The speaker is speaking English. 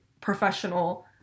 professional